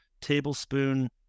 tablespoon